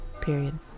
Period